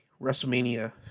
WrestleMania